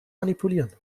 manipulieren